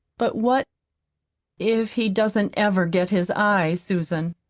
but what if he doesn't ever get his eyes, susan?